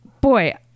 Boy